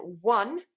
one